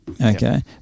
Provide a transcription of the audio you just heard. Okay